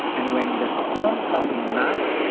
and when the sperm not enough,